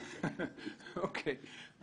אוקי.